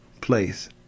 place